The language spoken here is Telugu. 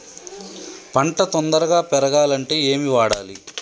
పంట తొందరగా పెరగాలంటే ఏమి వాడాలి?